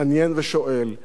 מעיר ומאיר.